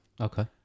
Okay